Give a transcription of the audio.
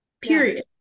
Period